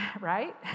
right